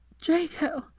Draco